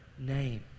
name